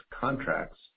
contracts